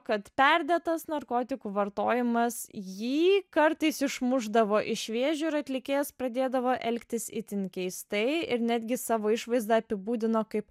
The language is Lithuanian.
kad perdėtas narkotikų vartojimas jį kartais išmušdavo iš vėžių ir atlikėjas pradėdavo elgtis itin keistai ir netgi savo išvaizdą apibūdino kaip